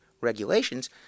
regulations